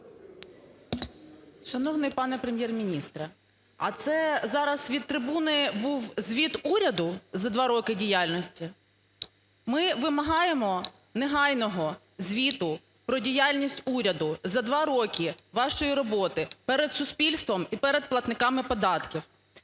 Шановний пане Прем'єр-міністре, а це зараз від трибуни був звіт уряду за 2 роки діяльності? Ми вимагаємо негайного звіту про діяльність уряду за 2 роки вашої роботи перед суспільством і перед платниками податків.